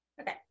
okay